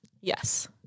Yes